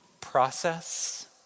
process